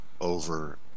over